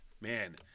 man